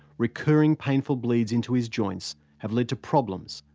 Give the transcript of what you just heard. recurring painful bleeds into his joints have led to problems,